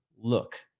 look